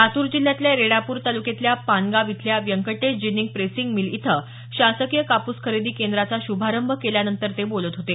लातूर जिल्ह्यातल्या रेणापूर तालुक्यातल्या पानगाव इथल्या व्यंकटेश जिंनीग प्रेसिंग मिल इथं शासकीय कापूस खरेदी केंद्राचा शुभारंभ कार्यक्रम प्रसंगी पालकमंत्री देशमुख बोलत होते